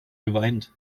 geweint